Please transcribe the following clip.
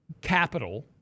capital